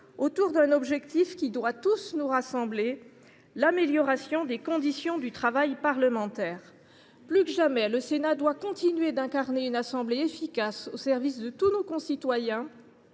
autour d’un objectif qui doit tous nous rassembler : l’amélioration des conditions du travail parlementaire. Plus que jamais, le Sénat doit continuer d’incarner une assemblée efficace au service de tous nos concitoyens,